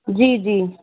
जी जी